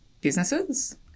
businesses